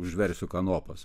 užversiu kanopas